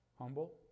Humble